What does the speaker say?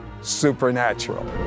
Supernatural